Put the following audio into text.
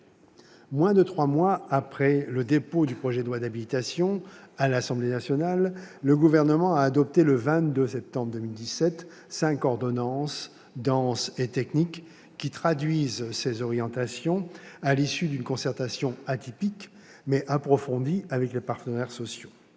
Moins de trois mois après le dépôt du projet de loi d'habilitation à l'Assemblée nationale, le Gouvernement a adopté, le 22 septembre 2017, cinq ordonnances denses et techniques qui traduisent ces orientations, à l'issue d'une concertation atypique, mais approfondie, avec les partenaires sociaux.